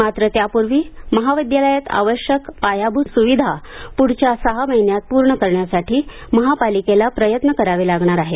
मात्र त्यापूर्वी महाविद्यालयात आवश्यक पायाभूत सुविधा पुढच्या सहा महिन्यांत पूर्ण करण्यासाठी महापालिकेला प्रयत्न करावे लागणार आहेत